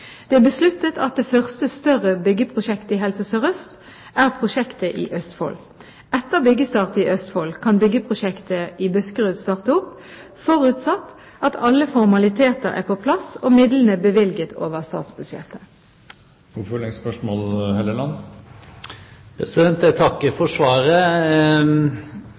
Det er besluttet at det første større byggeprosjektet i Helse Sør-Øst er prosjektet i Østfold. Etter byggestart i Østfold kan byggeprosjektet i Buskerud starte opp, forutsatt at alle formaliteter er på plass og midlene er bevilget over statsbudsjettet. Jeg takker for svaret.